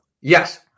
Yes